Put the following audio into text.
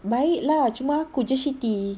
baik lah cuma aku jer shitty